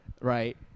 right